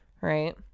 Right